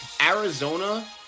Arizona